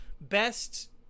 best